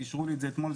אישרו לי את זה אתמול,